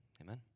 Amen